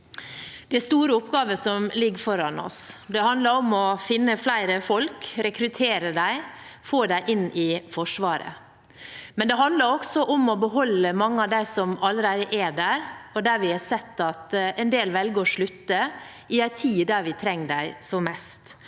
er store oppgaver som ligger foran oss. Det handler om å finne flere folk, rekruttere dem og få dem inn i Forsvaret, men det handler også om å beholde mange av dem som allerede er der. Vi har sett at en del velger å slutte, i en tid der vi trenger dem som